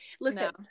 listen